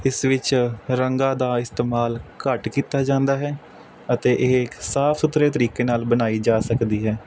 ਇਸ ਵਿੱਚ ਰੰਗਾਂ ਦਾ ਇਸਤੇਮਾਲ ਘੱਟ ਕੀਤਾ ਜਾਂਦਾ ਹੈ ਅਤੇ ਇਹ ਇੱਕ ਸਾਫ਼ ਸੁਥਰੇ ਤਰੀਕੇ ਨਾਲ ਬਣਾਈ ਜਾ ਸਕਦੀ ਹੈ